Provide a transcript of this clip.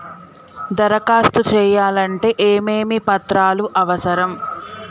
దరఖాస్తు చేయాలంటే ఏమేమి పత్రాలు అవసరం?